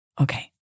Okay